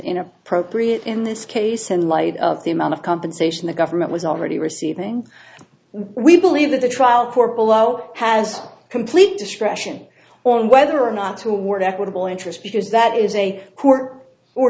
in appropriate in this case in light of the amount of compensation the government was already receiving we believe that the trial court below has complete discretion on whether or not to work equitable interest because that is a court or